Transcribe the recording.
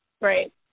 right